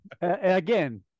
Again